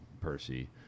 percy